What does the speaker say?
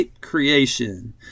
creation